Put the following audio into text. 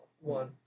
one